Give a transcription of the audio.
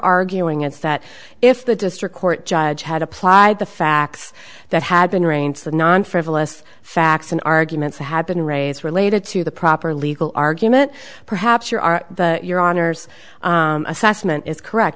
arguing is that if the district court judge had applied the facts that had been arranged the non frivolous facts and arguments had been raised related to the proper legal argument perhaps your are your honour's assessment is correct